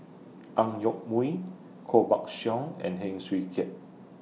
Ang Yoke Mooi Koh Buck Song and Heng Swee Keat